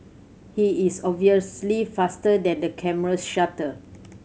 he is obviously faster than the camera's shutter